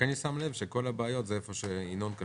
נזק